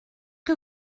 que